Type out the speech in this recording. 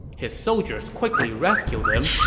his soldiers quickly rescued him,